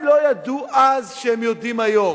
מה הם לא ידעו אז שהם יודעים היום?